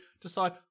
decide